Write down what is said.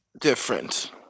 different